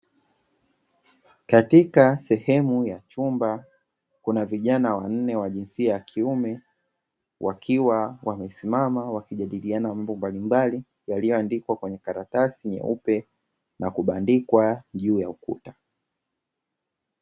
Katika sehemu ya chumba kuna vijana wanne ya jinsia ya kiume wakiwa wamesimama na wakijadiliana mambo mbalimbali yaliyoandikwa kwenye karatasi nyeupe yaliyobandikwa juu ya ukuta.